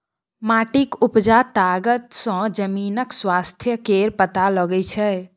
माटिक उपजा तागत सँ जमीनक स्वास्थ्य केर पता लगै छै